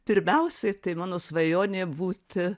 pirmiausiai tai mano svajonė būti